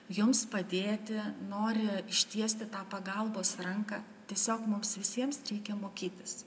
jums padėti nori ištiesti tą pagalbos ranką tiesiog mums visiems reikia mokytis